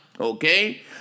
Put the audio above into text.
okay